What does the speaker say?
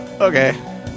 Okay